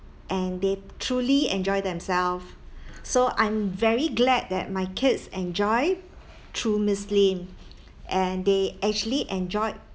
and they truly enjoy themself so I'm very glad that my kids enjoy through miss lim and they actually enjoyed